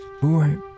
Boy